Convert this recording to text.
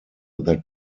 that